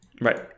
Right